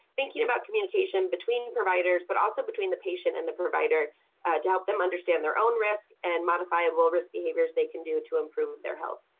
thinking about communication between providers, but also between the patient and the provider to help them understand their own risk and modifiable risk behaviors they can do to improve their health.